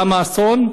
למה אסון?